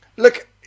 Look